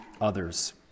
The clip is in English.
others